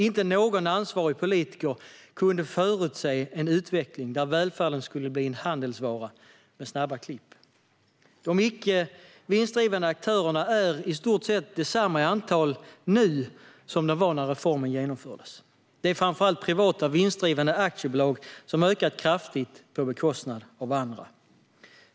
Ingen ansvarig politiker kunde förutse en utveckling där välfärden skulle bli en handelsvara med snabba klipp. Antalet icke vinstdrivande aktörer är i stort sett detsamma nu som det var när reformen genomfördes. Det är framför allt privata vinstdrivande aktiebolag som har ökat kraftigt på bekostnad av andra.